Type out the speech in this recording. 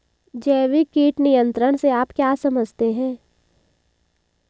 जैविक कीट नियंत्रण से आप क्या समझते हैं?